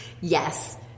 Yes